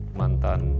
mantan